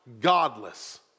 godless